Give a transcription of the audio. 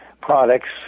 products